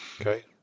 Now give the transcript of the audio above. okay